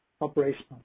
operational